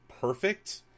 perfect